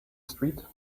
street